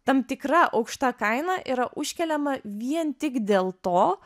tam tikra aukšta kaina yra užkeliama vien tik dėl to